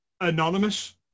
anonymous